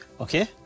okay